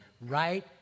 right